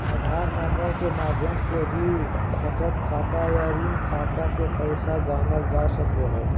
आधार number के माध्यम से भी बचत खाता या ऋण खाता के पैसा जानल जा सको हय